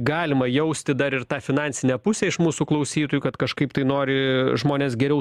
galima jausti dar ir tą finansinę pusę iš mūsų klausytojų kad kažkaip tai nori žmonės geriau